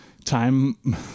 time